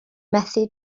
methu